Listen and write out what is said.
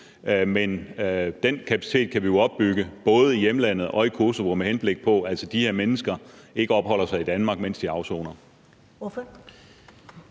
men den kapacitet kan vi opbygge både i hjemlandet og i Kosovo, med henblik på at disse mennesker ikke opholder sig i Danmark, mens de afsoner.